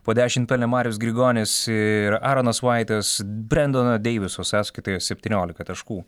po dešimt pelnė marius grigonis ir aronas vaitas brendono deiviso sąskaitoje septyniolika taškų